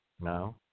No